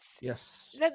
Yes